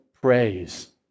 praise